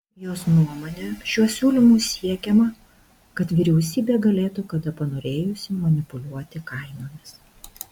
jos nuomone šiuo siūlymu siekiama kad vyriausybė galėtų kada panorėjusi manipuliuoti kainomis